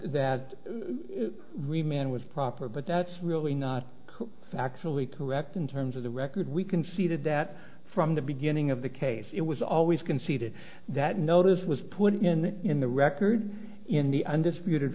that remand was proper but that's really not factually correct in terms of the record we conceded that from the beginning of the case it was always conceded that notice was put in the in the record in the undisputed